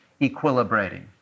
equilibrating